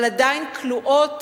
אבל עדיין כלואות